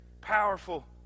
powerful